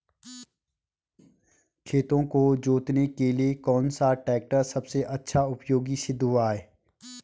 खेतों को जोतने के लिए कौन सा टैक्टर सबसे अच्छा उपयोगी सिद्ध हुआ है?